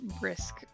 brisk